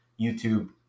youtube